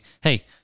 hey